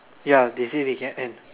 ya they say they can end